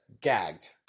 Gagged